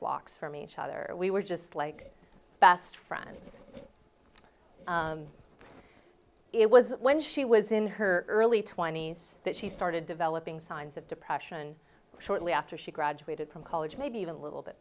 blocks from each other we were just like best friends it was when she was in her early twenty's that she started developing signs of depression shortly after she graduated from college maybe even a little bit